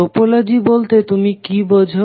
topology বলতে তুমি কি বোঝো